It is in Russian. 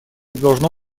должно